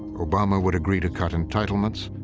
obama would agree to cut entitlements,